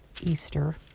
Easter